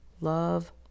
love